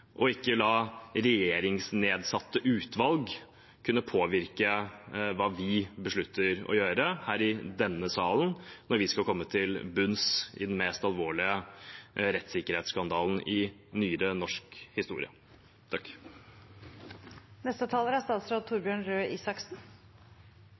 ikke la regjeringsnedsatte utvalg påvirke hva vi beslutter å gjøre her i denne salen når vi skal komme til bunns i den mest alvorlige rettssikkerhetsskandalen i nyere norsk historie.